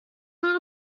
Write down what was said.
not